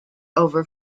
over